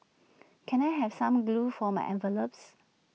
can I have some glue for my envelopes